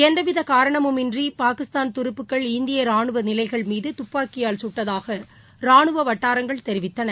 எந்தவித காரணமுன்றி பாகிஸ்தான் துருப்புகள் இந்திய ரானுவ நிலைகள் மீது துப்பாக்கியால் சுட்டதாக ராணுவ வட்டாரங்கள் தெரிவித்தன